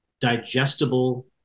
digestible